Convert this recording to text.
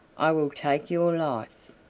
i will take your life.